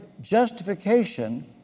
justification